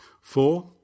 Four